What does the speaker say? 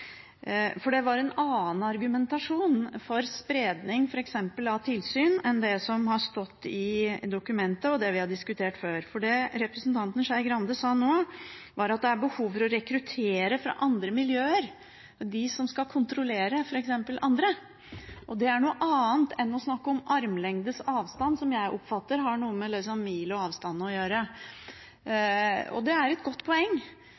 for det var en annen argumentasjon for spredning av f.eks. tilsyn enn det som står i dokumentet, og det vi har diskutert før. Det representanten Skei Grande sa nå, var at det er behov for å rekruttere de som skal kontrollere noen, fra andre miljøer. Det er noe annet enn å snakke om armlengdes avstand, som jeg oppfatter har noe med mil og avstand å gjøre – og det er et godt poeng.